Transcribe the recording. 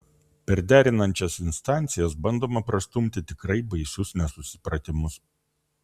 per derinančias instancijas bandoma prastumti tikrai baisius nesusipratimus